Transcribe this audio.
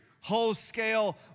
whole-scale